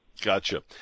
Gotcha